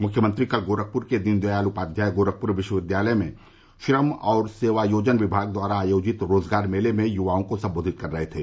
मुख्यमंत्री कल गोरखपुर के दीनदयाल उपाध्याय गोरखपुर विश्वविद्यालय में श्रम और सेवा योजन विभाग द्वारा आयोजित रोजगार मेले में युवाओं को संबोधित कर रहे थे